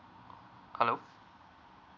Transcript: hello